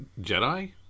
jedi